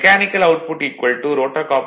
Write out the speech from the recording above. mechanical output rotor copper loss s